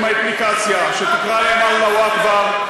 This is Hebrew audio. עם האפליקציה שתקרא להם "אללהו אכבר",